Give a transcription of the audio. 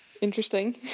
Interesting